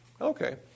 Okay